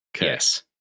Yes